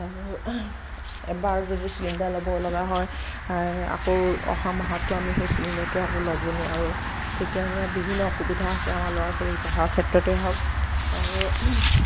আৰু এবাৰ যদি চিলিণ্ডাৰ ল'ব লগা হয় আকৌ অহা মাহতো আমি সেই চিলিণ্ডাৰটো আমি ল'ব নোৱাৰোঁ ঠিক তেনেদৰে বিভিন্ন অসুবিধা আছে আমাৰ ল'ৰা ছোৱালী পঢ়াৰ ক্ষেত্ৰতে হওঁক আৰু